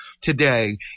today